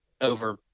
over